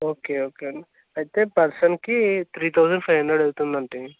okay okay అండి అయితే పర్సన్కి త్రీ థౌజండ్ ఫైవ్ హండ్రెడ్ అవుతుంది అండీ